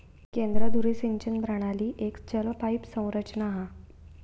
केंद्र धुरी सिंचन प्रणाली एक चल पाईप संरचना हा